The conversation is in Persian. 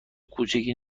کوچکی